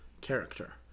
character